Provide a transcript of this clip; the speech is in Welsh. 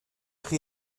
chi